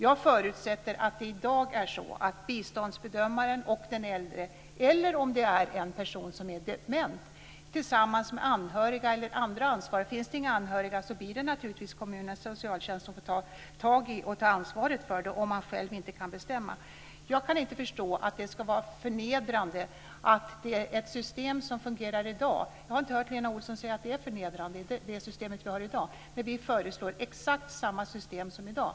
Jag förutsätter att det i dag är så att biståndsbedömaren och den äldre gör detta tillsammans. Om det är en person som är dement och inte själv kan bestämma, blir det de anhöriga eller andra ansvariga - om det inte finns några anhöriga blir det naturligtvis kommunens socialtjänst - som får ta ansvaret. Jag kan inte förstå att det skulle vara förnedrande. Det är ett system som fungerar i dag. Jag har inte hört Lena Olsson säga att det system som vi har i dag är förnedrande. Vi föreslår exakt samma system som i dag.